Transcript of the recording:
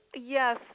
yes